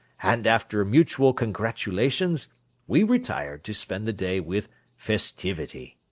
and after mutual congratulations we retired to spend the day with festivity.